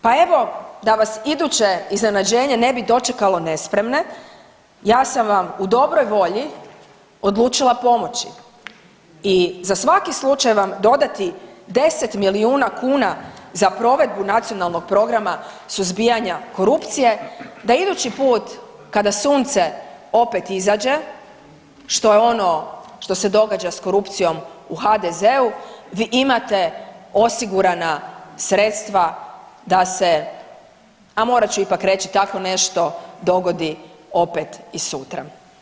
Pa evo da vas iduće iznenađenje ne bi dočekalo nespremne, ja sam vam u dobroj volji odlučila pomoći i za svaki slučaj vam dodati 10 milijuna kuna za provedbu Nacionalnog programa suzbijanja korupcije da idući put kada sunce opet izađe što je ono što se događa s korupcijom u HDZ-u vi imate osigurana sredstva da se, a morat ću ipak reći, tako nešto dogodi opet i sutra.